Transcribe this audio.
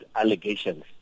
allegations